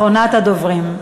אחרונת הדוברים.